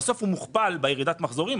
ובסוף הוא מוכפל בירידת מחזורים,